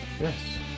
Yes